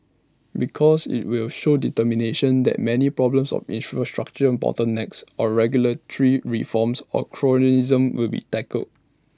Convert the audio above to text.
because IT will show determination that many problems of infrastructural bottlenecks of regulatory reforms of cronyism will be tackled